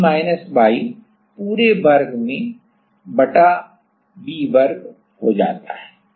तो यह d minus y पूरे वर्ग में बटा V वर्ग हो जाता है